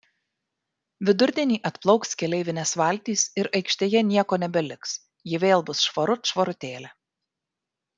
vidurdienį atplauks keleivinės valtys ir aikštėje nieko nebeliks ji vėl bus švarut švarutėlė